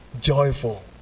joyful